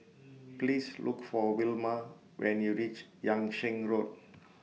Please Look For Wilma when YOU REACH Yung Sheng Road